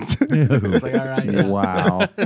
Wow